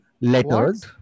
letters